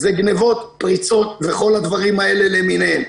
זה גנבות, פריצות וכל הדברים האלה למיניהם.